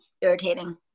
irritating